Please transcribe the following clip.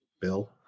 Bill